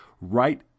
right